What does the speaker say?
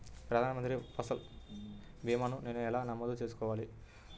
ప్రధాన మంత్రి పసల్ భీమాను ఎలా నమోదు చేసుకోవాలి?